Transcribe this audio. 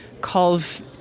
calls